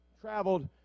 traveled